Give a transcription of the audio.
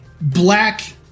black